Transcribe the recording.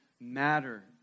matter